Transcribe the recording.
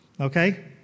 Okay